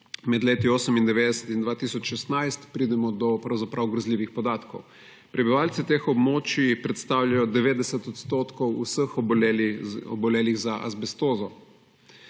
med leti 1998 in 2016, pridemo do pravzaprav grozljivih podatkov. Prebivalci teh območij predstavljajo 90 odstotkov vseh obolelih za azbestozo,